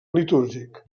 litúrgic